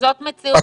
זאת מציאות